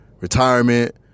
retirement